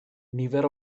nifer